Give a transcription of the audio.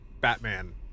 Batman